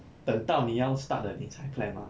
等到你要 start 了你才 plan mah